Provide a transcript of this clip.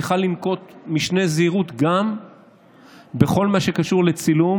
צריכה לנקוט משנה זהירות גם בכל מה שקשור לצילום,